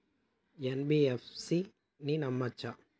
NBFC ని నమ్మచ్చా?